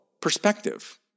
perspective